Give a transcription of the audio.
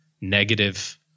negative